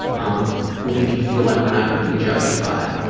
um who we can feel like we're not gonna be judged by.